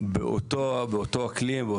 חיים באותו אזור,